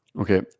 Okay